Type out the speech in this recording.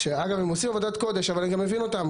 אגב, הם עושים עבודת קודש אבל אני גם מבין אותם.